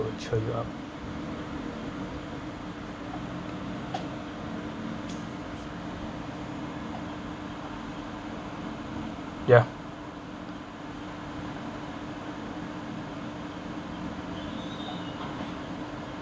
cheer you up ya